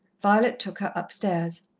violet took her upstairs.